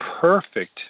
perfect